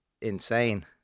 insane